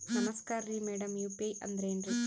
ನಮಸ್ಕಾರ್ರಿ madam UPI ಅಂದ್ರೆನ್ರಿ?